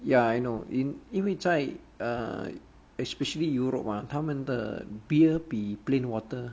ya I know in 因为在 err especially europe uh 他们的 beer 比 plain water